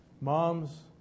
Moms